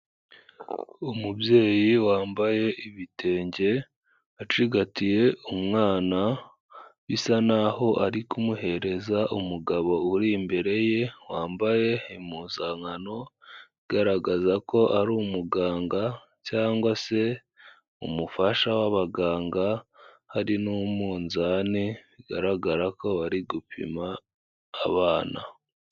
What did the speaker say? Umubyeyi wambaye ibitenge acigatiye umwana bisa naho aho ari kumuhereza umugabo uri imbere ye wambaye impuzankano garagaza ko ari umuganga cyangwa se umufasha w'abaganga hari n'umuzani bigaragara ko bari gupima abana.